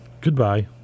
Goodbye